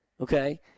Okay